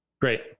Great